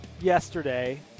yesterday